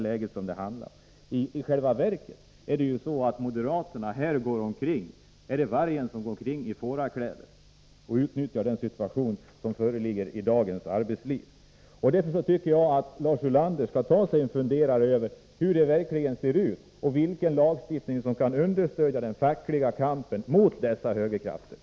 Moderaterna är i själva verket vargen som går omkring i fårakläder och utnyttjar den situation som föreligger i dagens arbetsliv. Därför tycker jag att Lars Ulander skall ta sig en funderare över hur det verkligen ser ut och hur den lagstiftning skall vara beskaffad som understöder den fackliga kampen mot högerkrafterna.